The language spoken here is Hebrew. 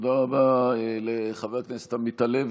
תודה רבה לחבר הכנסת עמית הלוי.